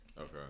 Okay